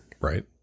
Right